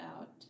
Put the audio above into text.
out